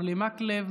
אורי מקלב,